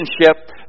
relationship